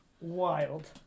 Wild